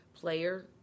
player